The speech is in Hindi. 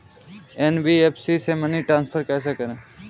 एन.बी.एफ.सी से मनी ट्रांसफर कैसे करें?